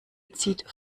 zieht